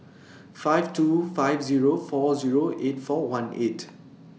five two five Zero four Zero eight four one eight